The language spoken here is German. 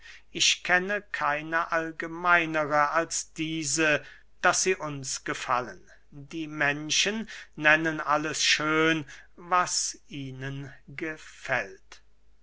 ich kenne keine allgemeinere als diese daß sie uns gefallen die menschen nennen alles schön was ihnen gefällt